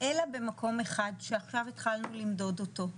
אלא במקום אחד שעכשיו התחלנו למדוד אותו.